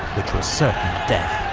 which was certain death.